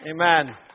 Amen